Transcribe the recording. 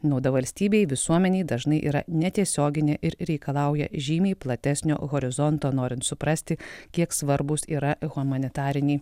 nauda valstybei visuomenei dažnai yra netiesioginė ir reikalauja žymiai platesnio horizonto norint suprasti kiek svarbūs yra humanitariniai